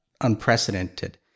unprecedented